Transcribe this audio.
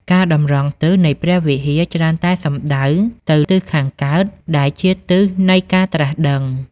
ការតម្រង់ទិស នៃព្រះវិហារច្រើនតែសំដៅទៅទិសខាងកើតដែលជាទិសនៃការត្រាស់ដឹង។